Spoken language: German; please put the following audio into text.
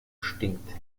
stinkt